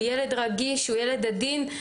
הוא ילד רגיש, הוא ילד עדין.